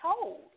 told